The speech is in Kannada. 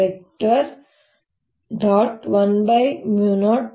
dWdt B220dV 120E2dV dS